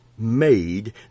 made